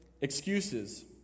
excuses